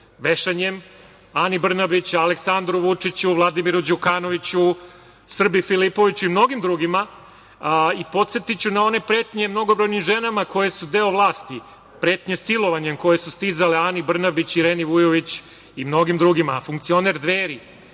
vešanjem Ani Brnabić, Aleksandru Vučiću, Vladimiru Đukanoviću, Srbi Filipoviću i mnogim drugim i podsetiću na one pretnje mnogobrojnim ženama koje su deo vlasti, pretnje silovanjem koje su stizale Ani Brnabić, Ireni Vujović i mnogim drugima. Funkcioner Dveri